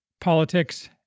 politics